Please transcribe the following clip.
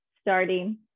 starting